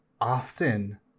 often